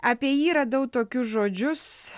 apie jį radau tokius žodžius